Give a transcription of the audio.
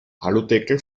aludeckel